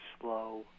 slow